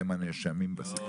הם הנאשמים בסיפור.